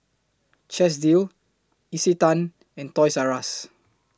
Chesdale Isetan and Toys R US